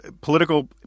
political